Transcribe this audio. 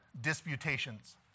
disputations